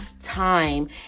time